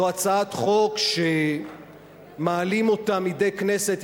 זו הצעת חוק שמעלים אותה מדי כנסת.